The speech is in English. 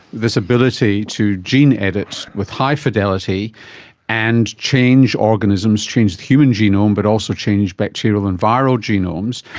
this ability to gene edit with high fidelity and change organisms, change the human genome but also change bacterial and viral genomes.